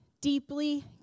Deeply